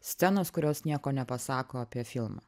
scenos kurios nieko nepasako apie filmą